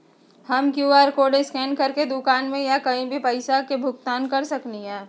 हम QR code scan करके दुकान में या कहीं भी पैसा के भुगतान कर सकली ह?